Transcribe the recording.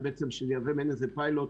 ושזה יהווה מעין פיילוט